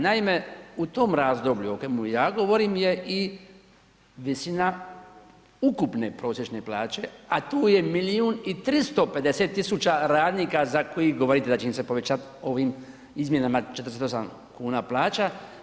Naime, u tom razdoblju o kojemu ja govorim je i visina ukupne prosječne plaće, a tu je milijun i 350 tisuća radnika za koji govorite da će im se povećati ovim izmjenama 48 kuna plaća.